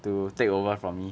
to take over from me